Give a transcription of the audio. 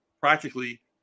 practically